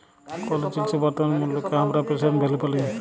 কোলো জিলিসের বর্তমান মুল্লকে হামরা প্রেসেন্ট ভ্যালু ব্যলি